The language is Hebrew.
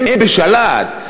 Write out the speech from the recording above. הם בשל"ת,